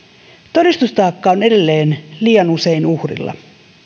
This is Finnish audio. todistustaakka on edelleen liian usein uhrilla